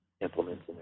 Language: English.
implements